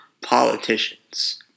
politicians